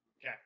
Okay